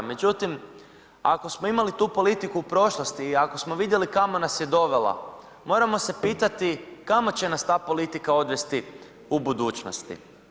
Međutim, ako smo imali tu politiku u prošlosti i ako smo vidjeli kamo nas je dovela, moramo se pitati kamo će nas ta politika odvesti u budućnosti.